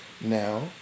now